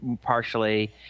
partially